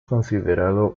considerado